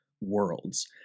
worlds